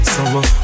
Summer